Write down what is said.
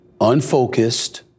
unfocused